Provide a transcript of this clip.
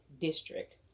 district